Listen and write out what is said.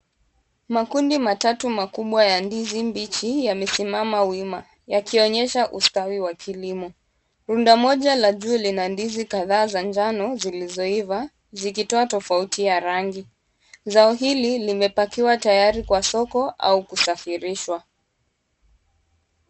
Makundi matatu makubwa ya ndizi mbichi yamesimama wima, yakionyesha ustawi wa kilimo, rundo moja la juu lina ndizi kadhaa za njano zilizoiva zikitoa tofauti ya rangi ,zao hili limepakiwa tayari kwa soko au kusafirishwa .